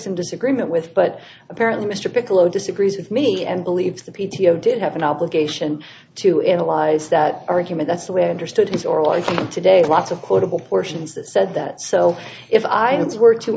some disagreement with but apparently mr piccolo disagrees with me and believes the p t o did have an obligation to analyze that argument that's the way understood it or like today lots of quotable portions that said that so if i were to